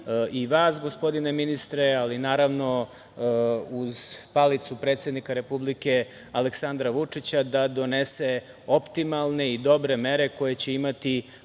i vas gospodine ministre, ali naravno uz palicu predsednika Republike Aleksandra Vučića da donese optimalne i dobre mere koje će imati,